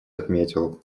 отметил